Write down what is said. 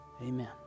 Amen